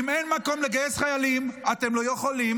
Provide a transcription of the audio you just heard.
אם אין מקום לגייס חיילים אתם לא יכולים